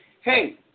hey